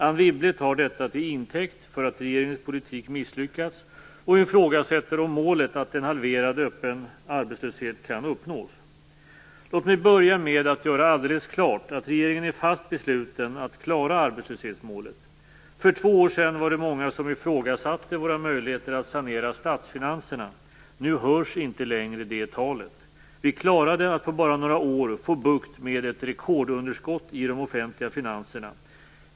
Anne Wibble tar detta till intäkt för att regeringens politik misslyckats och hon ifrågasätter om målet, en halverad arbetslöshet, kan uppnås. Låt mig börja med att göra alldeles klart att regeringen är fast besluten att klara arbetslöshetsmålet. För två år sedan var det många som ifrågasatte våra möjligheter att sanera statsfinanserna. Nu hörs inte längre det talet. Vi klarade att på bara några år få bukt med ett rekordunderskott i de offentliga finanserna.